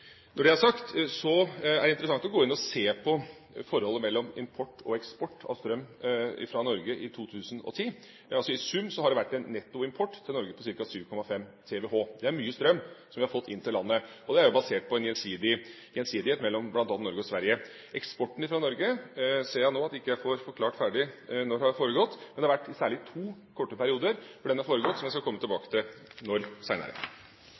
Når det er sagt, er det interessant å gå inn og se på forholdet mellom import og eksport av strøm fra Norge i 2010. I sum har det vært en netto import til Norge på ca. 7,5 TWh. Det er mye strøm vi har fått inn til landet, og det er jo basert på en gjensidighet mellom bl.a. Norge og Sverige. Jeg ser nå at jeg ikke får forklart ferdig når eksporten fra Norge har foregått, men det har særlig vært to korte perioder hvor den har foregått, og jeg skal komme